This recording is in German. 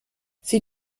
sie